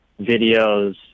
videos